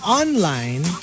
online